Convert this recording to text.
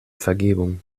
vergebung